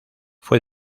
fue